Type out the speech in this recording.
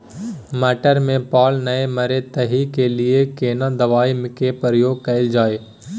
मटर में पाला नैय मरे ताहि के लिए केना दवाई के प्रयोग कैल जाए?